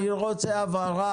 אני רוצה הבהרה.